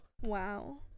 Wow